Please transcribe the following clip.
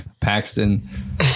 Paxton